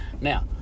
Now